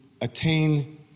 attain